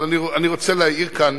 אבל אני רוצה להעיר כאן